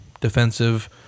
defensive